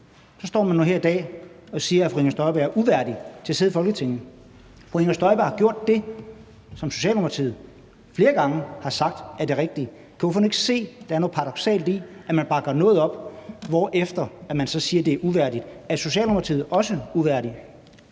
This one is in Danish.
står man nu her i dag og siger, at fru Inger Støjberg er uværdig til at sidde i Folketinget. Fru Inger Støjberg har gjort det, som Socialdemokratiet flere gange sagt er det rigtige. Kan ordføreren ikke se, at der er noget paradoksalt i, at vi bakker noget op, hvorefter man så siger, at det er uværdigt? Er Socialdemokratiet også uværdige?